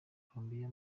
colombiya